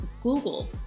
Google